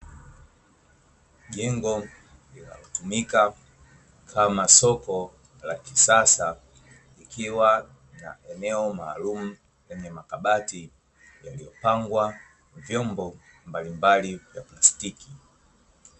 Jengo linalotumika kama soko la kisasa, ikiwa na eneo maalum lenye makabati hupangwa vyombo mbalimbali vya plastiki.